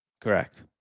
Correct